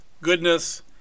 goodness